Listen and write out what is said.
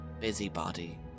Busybody